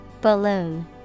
balloon